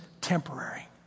temporary